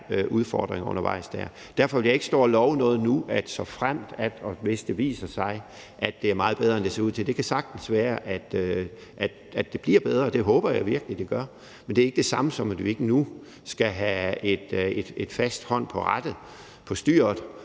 udfordringer undervejs. Derfor vil jeg ikke stå og love noget nu ud fra, hvis det viser sig, at det er meget bedre, end det ser ud til. Det kan sagtens være, at det bliver bedre. Det håber jeg virkelig det gør. Men det er ikke det samme som, at vi ikke nu skal have en fast hånd på rattet, på styret,